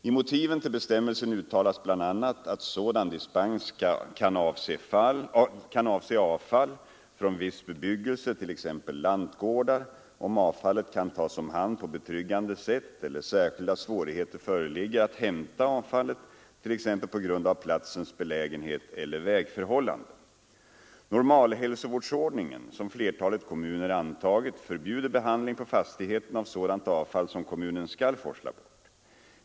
I motiven till bestämmelsen uttalas bl.a. att sådan dispens kan avse avfall från viss bebyggelse, t.ex. lantgårdar, om avfallet kan tas om hand på betryggande sätt eller särskilda svårigheter föreligger att hämta avfallet, t.ex. på grund av platsens belägenhet eller vägförhållanden. Normalhälsovårdsordningen, som flertalet kommunder antagit, förbjuder behandling på fastigheten av sådant avfall som kommunen skall forsla bort.